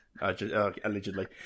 Allegedly